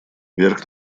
верх